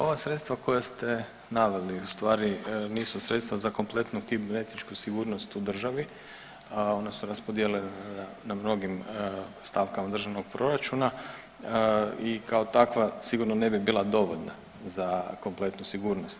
Ova sredstva koja ste naveli u stvari nisu sredstva za kompletnu kibernetičku sigurnost u državi, one su raspodijeljene na mnogim stavkama državnog proračuna i kao takva sigurno ne bi bila dovoljna za kompletnu sigurnost.